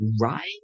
right